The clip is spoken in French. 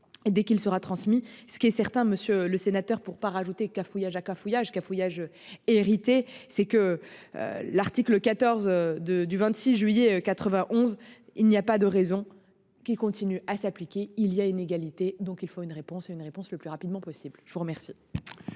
dès qu'il sera transmis ce qui est certain monsieur le sénateur, pour pas rajouter cafouillage a cafouillages cafouillages. Hérité c'est que. L'article 14 de du 26 juillet 91. Il n'y a pas de raison qu'il continue à s'appliquer. Il y a inégalité, donc il faut une réponse à une réponse le plus rapidement possible. Je vous remercie.